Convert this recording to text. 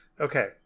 Okay